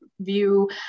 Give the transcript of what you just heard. view